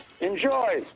Enjoy